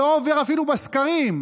לא עובר אפילו בסקרים,